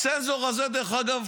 הצנזור הזה, דרך אגב,